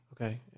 Okay